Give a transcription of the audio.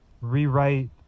rewrite